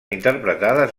interpretades